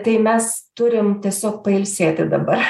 tai mes turim tiesiog pailsėti dabar